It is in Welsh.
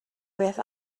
beth